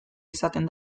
izaten